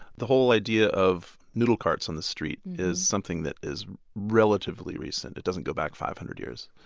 the whole idea of noodle carts on the street is something that is relatively recent it doesn't go back five hundred years.